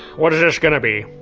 what is this gonna be?